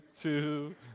two